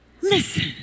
Listen